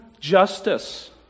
justice